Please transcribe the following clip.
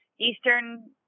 eastern